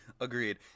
Agreed